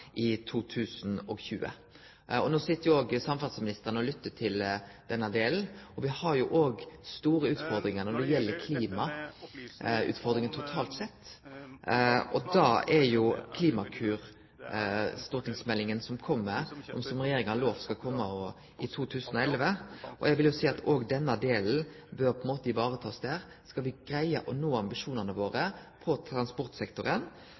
i 2020. No sit jo òg samferdsleministeren og lyttar til denne delen av debatten. Me har òg store utfordringar når det gjeld klimaet totalt sett. I den samanhengen vil eg vise til Klimakur 2020, den stortingsmeldinga som regjeringa har lovt skal kome i 2011. Eg vil òg seie at denne delen bør takast vare på der. Skal me greie å nå det som me har ambisjonar om på transportsektoren,